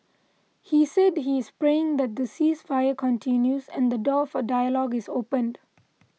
he said he is praying that the ceasefire continues and the door for dialogue is opened